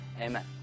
Amen